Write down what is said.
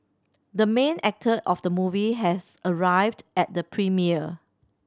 the main actor of the movie has arrived at the premiere